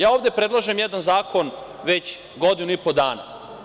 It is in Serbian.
Ja ovde predlažem jedan zakon već godinu i po dana.